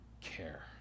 care